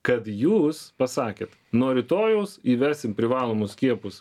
kad jūs pasakėt nuo rytojaus įvesim privalomus skiepus